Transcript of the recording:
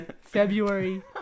February